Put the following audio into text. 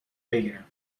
بگیرم